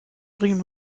bringen